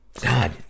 God